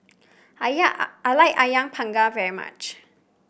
I I like ayam Panggang very much